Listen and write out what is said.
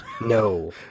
No